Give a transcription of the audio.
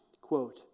Quote